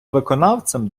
виконавцем